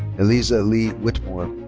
eliza lee whitmore.